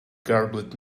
garbled